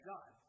God